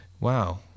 wow